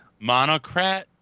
Monocrat